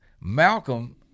Malcolm